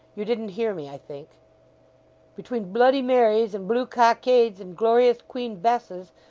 you didn't hear me, i think between bloody marys, and blue cockades, and glorious queen besses,